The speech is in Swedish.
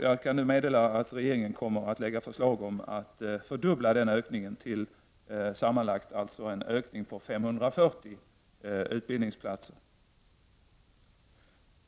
Jag kan nu meddela att regeringen kommer att lägga fram förslag om att fördubbla denna ökning, så att det sammanlagt blir en ökning med 540 utbildningsplatser.